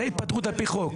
זה התפטרות על פי חוק.